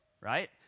right